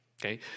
okay